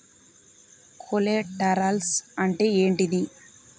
Collaterals అంటే ఏంటిది?